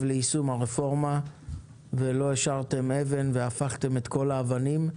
ליישום הרפורמה ולא השארתם אבן והפכתם את כל האבנים.